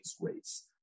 race